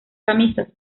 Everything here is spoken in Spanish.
camisas